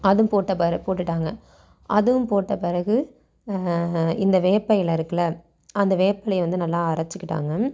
அதுவும் போட்ட பிற போட்டுட்டாங்க அதுவும் போட்ட பிறகு இந்த வேப்ப இலை இருக்குதுல அந்த வேப்ப இலைய வந்து நல்லா அரைச்சிக்கிட்டாங்க